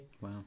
wow